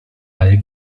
ball